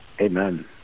Amen